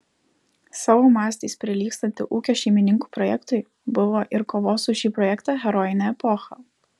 savo mastais prilygstantį ūkio šeimininkų projektui buvo ir kovos už šį projektą herojinė epocha